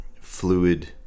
fluid